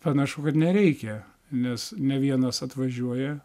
panašu kad nereikia nes ne vienas atvažiuoja